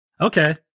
okay